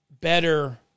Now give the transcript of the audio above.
better